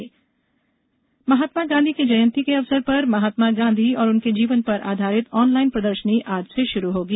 गांधी प्रदर्शनी महात्मा गाँधी की जयंती के अवसर पर महात्मा गाँधी और उनके जीवन पर आधारित ऑनलाइन प्रदर्शनी आज से शुरू होगी